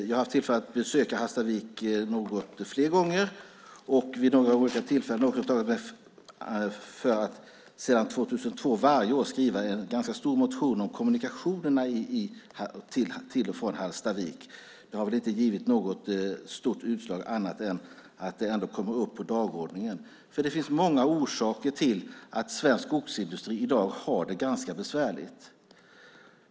Jag har haft tillfälle att besöka Hallstavik flera gånger. Sedan 2002 har jag varje år skrivit en ganska stor motion om kommunikationerna till och från Hallstavik. Det har inte givit något stort utslag, annat än att det kommer upp på dagordningen. Det finns många orsaker till att svensk skogsindustri i dag har det ganska besvärligt.